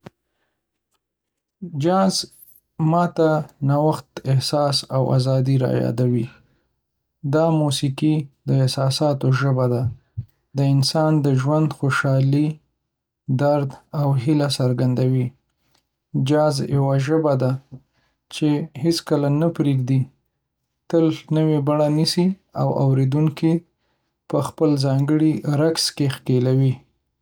جاز ما ته نوښت، احساس، او ازادي رايادوي. دا موسیقي د احساساتو ژبه ده. د انسان د ژوند خوشحالي، درد، او هیله څرګندوي. جاز یوه ژبه ده چې هیڅکله نه پرېږي، تل نوې بڼه نیسي او اورېدونکي په خپل ځانګړي رقص کې ښکېلوي.